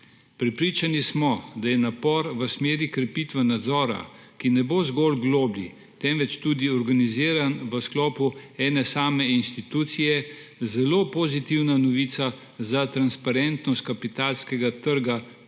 Prepričani smo, da je napor v smeri krepitve nadzora, ki ne bo zgolj globlji, temveč tudi organiziran v sklopu ene same institucije, zelo pozitivna novica za transparentnost kapitalskega trga same